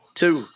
two